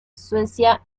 suecia